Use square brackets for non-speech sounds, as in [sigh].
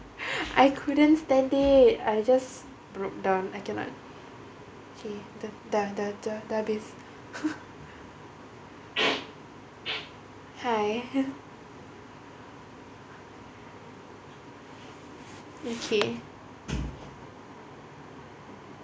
I couldn't stand it I just broke down I cannot okay [noise] hi okay